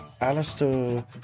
Alistair